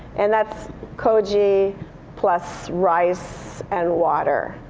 and that's koji plus rice and water.